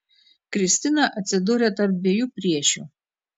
kristina atsidūrė tarp dviejų priešių